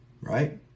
right